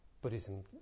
Buddhism